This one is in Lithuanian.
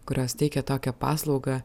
kurios teikia tokią paslaugą